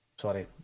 sorry